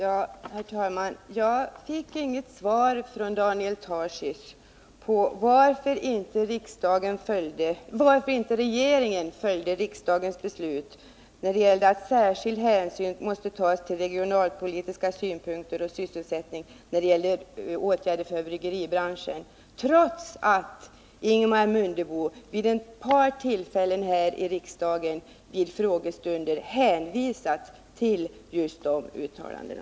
Herr talman! Jag fick inget svar från Daniel Tarschys på frågan varför regeringen inte följde riksdagens beslut att särskild hänsyn måste tas till regionalpolitiska synpunkter och till sysselsättning när det gäller åtgärder för bryggeribranschen. Detta trots att Ingemar Mundebo vid ett par tillfällen vid frågestunder här i riksdagen hänvisat till just de uttalandena.